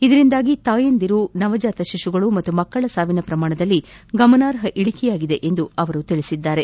ಇದರಿಂದಾಗಿ ತಾಯಂದಿರು ನವಜಾತ ಶಿಶುಗಳು ಹಾಗೂ ಮಕ್ಕಳ ಸಾವಿನ ಪ್ರಮಾಣದಲ್ಲಿ ಗಮನಾರ್ಹ ಇಳಿಕೆಯಾಗಿದೆ ಎಂದು ತಿಳಿಸಿದ್ದಾರೆ